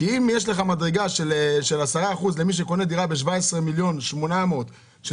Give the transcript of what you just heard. כי אם יש מדרגה של 10% למי שקונה דירה ב-17.8 מיליון,